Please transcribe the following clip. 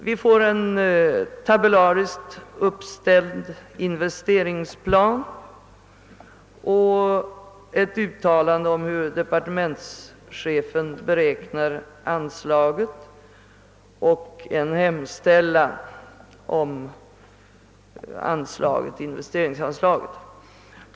Vi får en tabellariskt uppställd investeringsplan och ett uttalande om hur departementschefen beräknar anslaget och en hemställan om investeringsanslag.